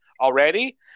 already